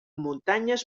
muntanyes